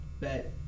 bet